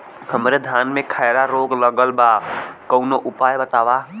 हमरे धान में खैरा रोग लगल बा कवनो उपाय बतावा?